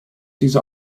diese